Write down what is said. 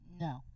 No